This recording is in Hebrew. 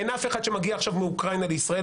אין אף אחד שמגיע עכשיו מאוקראינה לישראל.